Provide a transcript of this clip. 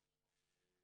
יחיא,